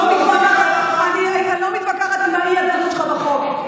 אני לא מתווכחת על מהי הזהות בחוק,